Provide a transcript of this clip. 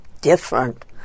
different